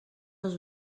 els